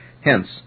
Hence